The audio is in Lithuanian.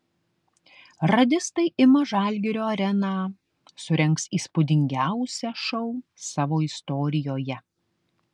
radistai ima žalgirio areną surengs įspūdingiausią šou savo istorijoje